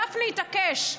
גפני התעקש.